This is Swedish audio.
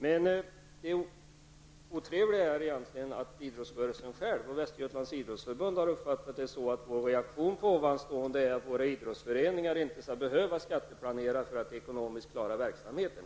Men det otrevliga är att idrottsrörelsen och Västergötlands idrottsförbund har uppfattat bostadsministern så, att idrottsföreningar skall behöva skatteplanera för att ekonomiskt klara verksamheten.